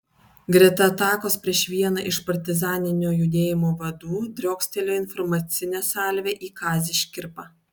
greta atakos prieš vieną iš partizaninio judėjimo vadų driokstelėjo informacinė salvė į kazį škirpą